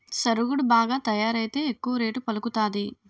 సరుగుడు బాగా తయారైతే ఎక్కువ రేటు పలుకుతాది